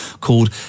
called